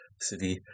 city